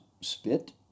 spit